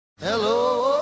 Hello